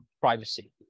privacy